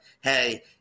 hey